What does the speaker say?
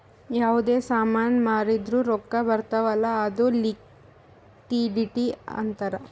ಯಾವ್ದೇ ಸಾಮಾನ್ ಮಾರ್ದುರ್ ರೊಕ್ಕಾ ಬರ್ತಾವ್ ಅಲ್ಲ ಅದು ಲಿಕ್ವಿಡಿಟಿ ಅಂತಾರ್